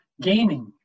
Gaming